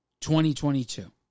2022